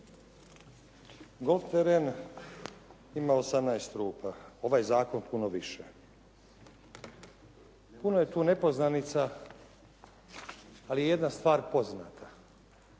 Golf teren ima 18 rupa, ovaj zakon puno više. Puno je tu nepoznanica ali jedna stvar poznata.